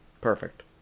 Perfect